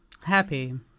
Happy